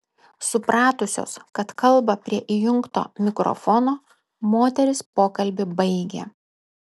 supratusios kad kalba prie įjungto mikrofono moterys pokalbį baigė